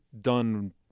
done